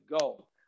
go